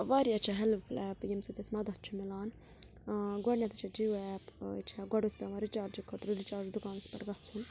واریاہ چھِ ہٮ۪لٕپفُل ایپہٕ ییٚمہِ سۭتۍ أسۍ مَدَد چھُ مِلان گۄڈٕنٮ۪تھٕے چھِ جِیو ایپ چھےٚ گۄڈٕ اوس پٮ۪وان رِچارجہِ خٲطرٕ رِچارج دُکانَس پٮ۪ٹھ گژھُن